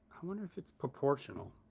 i wonder if it's proportional.